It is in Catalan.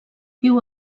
viu